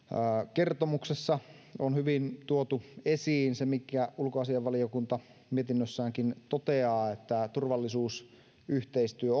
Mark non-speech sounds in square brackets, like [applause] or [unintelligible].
kertomuksessa on hyvin tuotu esiin se minkä ulkoasiainvaliokunta mietinnössäänkin toteaa että turvallisuusyhteistyö [unintelligible]